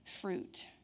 fruit